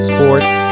Sports